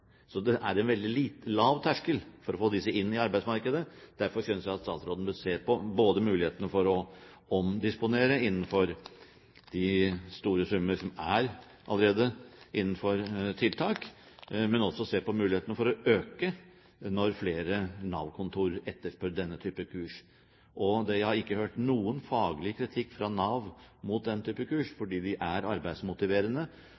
Så det er en veldig lav terskel for å få disse inn i arbeidsmarkedet. Derfor synes jeg at statsråden bør se på både mulighetene for å omdisponere innenfor de store summene som allerede er innenfor tiltak, og også mulighetene for å øke når flere Nav-kontor etterspør denne typen kurs. Jeg har ikke hørt noen faglig kritikk fra Nav mot den typen kurs,